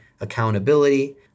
accountability